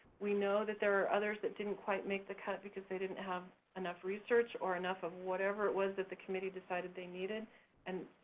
we know that there are others that didn't quite make the cut because they didn't have enough research or enough of whatever it was that the committee decided they needed and,